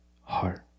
heart